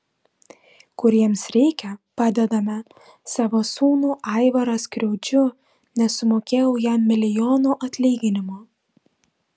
kuriems reikia padedame savo sūnų aivarą skriaudžiu nesumokėjau jam milijono atlyginimo